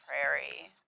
Prairie